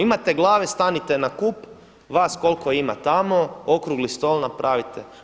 Imate glave, stanite na kup, vas koliko ima tamo, okrugli stol napravite.